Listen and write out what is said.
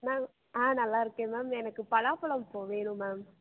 ma'am ஆ நல்லா இருக்கேன் மேம் எனக்கு பலாப்பழம் இப்போது வேணும் மேம்